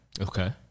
okay